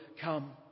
come